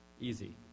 Easy